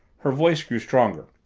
her voice grew stronger.